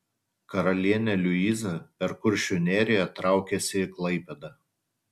karalienė liuiza per kuršių neriją traukėsi į klaipėdą